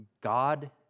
God